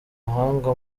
mahanga